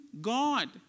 God